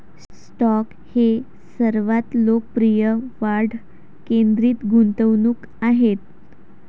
stock हे सर्वात लोकप्रिय वाढ केंद्रित गुंतवणूक आहेत